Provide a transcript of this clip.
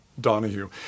Donahue